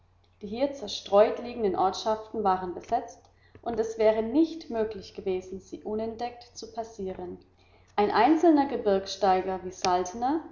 die hier zerstreut liegenden ortschaften waren besetzt und es wäre nicht möglich gewesen sie unentdeckt zu passieren ein einzelner gebirgssteiger wie